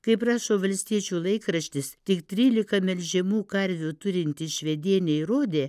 kaip rašo valstiečių laikraštis tik trylika melžiamų karvių turinti švedienė įrodė